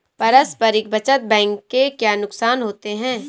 पारस्परिक बचत बैंक के क्या नुकसान होते हैं?